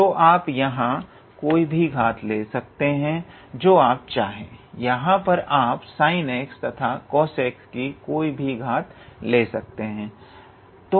तो आप यहाँ कोई भी घात ले सकते हें जो आप चाहे यहां पर आप sin x तथा cos x कि कोई भी घात ले सकते हें